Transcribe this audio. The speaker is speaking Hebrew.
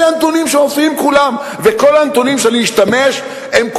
אלה הנתונים שמופיעים כולם וכל הנתונים שאני אשתמש בהם,